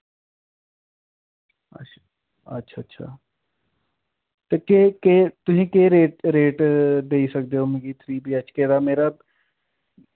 अच्छ अच्छा अच्छा ते केह् केह् तुसें केह् रेट रेट देई सकदे ओ मिकी थ्री बी एच के दा मेरा